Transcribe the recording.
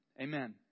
amen